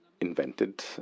invented